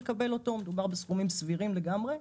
מדובר בסכומים סבירים לגמרי.